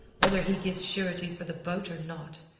whether he gives surety for the boat or not,